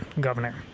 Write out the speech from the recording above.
Governor